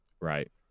Right